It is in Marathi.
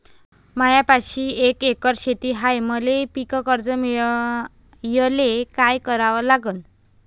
मायापाशी एक एकर शेत हाये, मले पीककर्ज मिळायले काय करावं लागन?